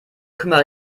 kümmere